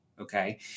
okay